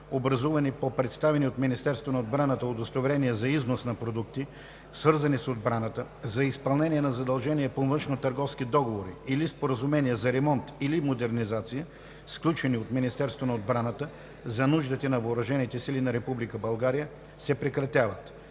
образувани по представени от Министерството на отбраната удостоверения за износ на продукти, свързани с отбраната, за изпълнение на задължения по външнотърговски договори или споразумения за ремонт или модернизация, сключени от Министерството на отбраната за нуждите на въоръжените сили на Република